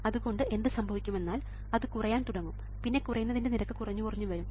അതുകൊണ്ട് എന്ത് സംഭവിക്കും എന്നാൽ അത് കുറയാൻ തുടങ്ങും പിന്നെ കുറയുന്നതിൻറെ നിരക്ക് കുറഞ്ഞു കുറഞ്ഞു വരും